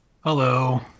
Hello